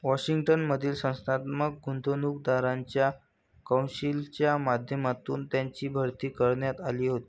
Washington मधील संस्थात्मक गुंतवणूकदारांच्या कौन्सिलच्या माध्यमातून त्यांची भरती करण्यात आली होती